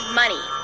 money